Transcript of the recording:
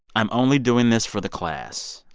i'm only doing this for the class.